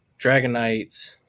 Dragonite